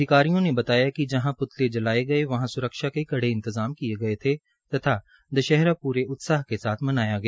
अधिकारियों ने बताया कि जहां प्लते जलायें गये वहां स्रक्षा के कड़े इंतजात किये गये थे तथा दशहरा पूरे उत्साह के साथ मनाया गया